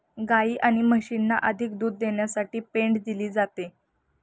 गायी आणि म्हशींना अधिक दूध देण्यासाठी पेंड दिली जाते